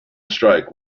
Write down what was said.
strike